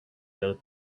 their